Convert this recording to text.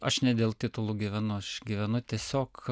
aš ne dėl titulų gyvenu aš gyvenu tiesiog